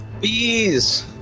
Bees